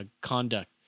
conduct